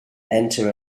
enter